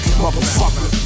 motherfucker